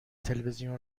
تلویزیون